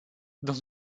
dans